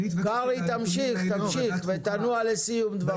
קרעי, תמשיך, ותנוע לסיום דבריך.